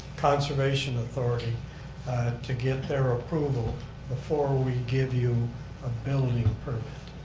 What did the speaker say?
conservation authority to get their approval before we give you a building permit.